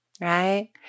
right